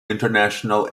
international